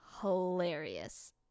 hilarious